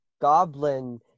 goblin